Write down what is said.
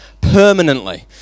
permanently